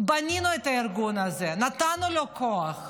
בנינו את הארגון הזה, נתנו לו כוח,